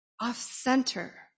off-center